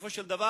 בסופו של דבר,